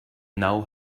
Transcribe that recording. now